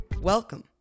Welcome